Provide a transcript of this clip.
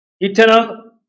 Eternal